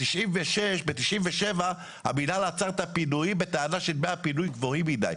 ב-1997 המינהל עצר את הפינוי בטענה שדמי הפינוי גבוהים מדי.